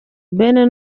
ben